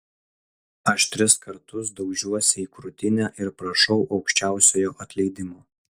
aš tris kartus daužiuosi į krūtinę ir prašau aukščiausiojo atleidimo